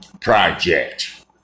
project